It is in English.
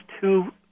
two